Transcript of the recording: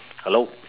hello